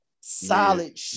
solid